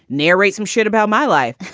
narrate some shit about my life.